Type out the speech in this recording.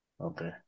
Okay